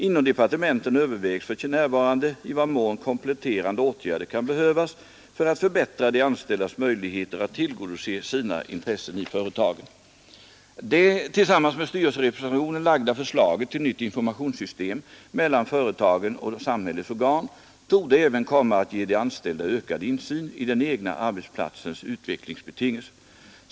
Inom departementen övervägs för närvarande i vad mån kompletterande åtgärder kan behövas för att förbättra de anställdas möjligheter att tillgodose sina intressen i företagen. Det tillsammans med styrelserepresentation lagda förslaget till nytt informationssystem mellan företagen och samhällets organ torde även komma att ge de anställda ökad insyn i den egna arbetsplatsens utvecklingsbetingelser.